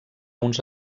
uns